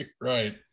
right